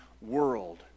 world